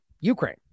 Ukraine